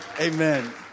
Amen